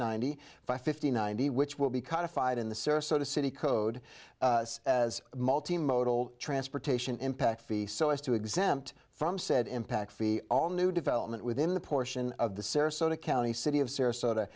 ninety five fifty nine which will be codified in the sarasota city code as multi modal transportation impact fee so as to exempt from said impact fee all new development within the portion of the sarasota county city of sarasota